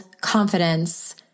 confidence